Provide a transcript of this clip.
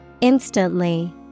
Instantly